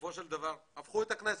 ובסופו של דבר הפכו את הכנסת.